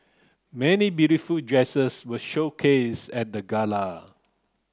many beautiful dresses were showcased at the gala